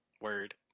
Word